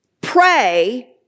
pray